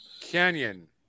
canyon